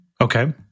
Okay